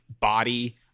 body